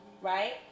Right